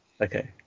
Okay